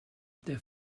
their